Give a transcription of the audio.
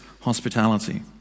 hospitality